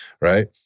right